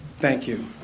thank you.